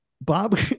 Bob